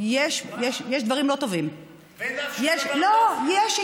לא כולנו יוסי